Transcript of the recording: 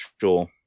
sure